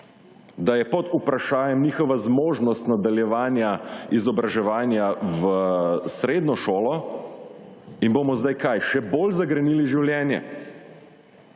da je pod vprašajem njihova zmožnost nadaljevanja izobraževanja v srednjo šolo, jim bomo zdaj, kaj, še bolj zagrenili življenje,